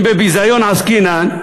אם בביזיון עסקינן,